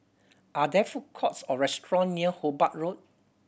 are there food courts or restaurant near Hobart Road